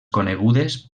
conegudes